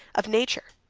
of nature,